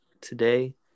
today